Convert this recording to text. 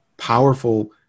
powerful